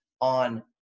on